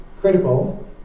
critical